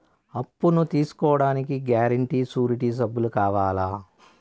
అప్పును తీసుకోడానికి guarantee, surety సభ్యులు కావాలా?